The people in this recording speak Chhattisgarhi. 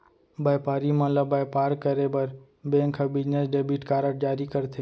बयपारी मन ल बयपार करे बर बेंक ह बिजनेस डेबिट कारड जारी करथे